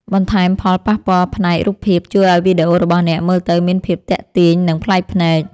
បន្ថែមផលប៉ះពាល់ផ្នែករូបភាពជួយឱ្យវីដេអូរបស់អ្នកមើលទៅមានភាពទាក់ទាញ និង ប្លែកភ្នែក។